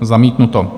Zamítnuto.